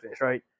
right